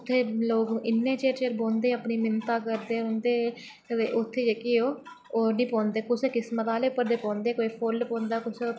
उत्तें लोक इन्ने चिर चिर तक्क बौहंदे तां बड़ी मिन्नता करदे रौहंदे ते उत्थें जेह्की ओह् निं पौंदे कुसै किस्मत आह्ले पर पौंदा कोई फुल्ल